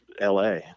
LA